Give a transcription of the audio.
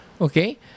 Okay